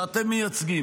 שאתם מייצגים,